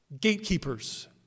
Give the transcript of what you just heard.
gatekeepers